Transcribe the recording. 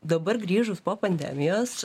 dabar grįžus po pandemijos